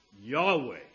Yahweh